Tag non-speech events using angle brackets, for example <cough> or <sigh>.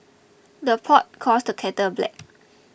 the pot calls the kettle black <noise>